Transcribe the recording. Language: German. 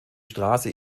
straße